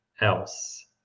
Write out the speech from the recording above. else